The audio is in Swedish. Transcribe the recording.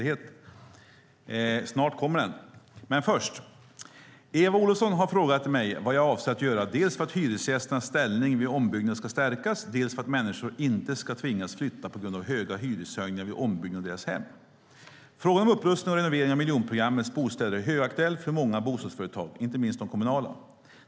Herr talman! Eva Olofsson har frågat mig vad jag avser att göra dels för att hyresgästernas ställning vid ombyggnad ska stärkas, dels för att människor inte ska tvingas flytta på grund av höga hyreshöjningar vid ombyggnad av deras hem. Frågan om upprustning och renovering av miljonprogrammets bostäder är högaktuell för många bostadsföretag, inte minst de kommunala.